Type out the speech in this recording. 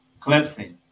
Clemson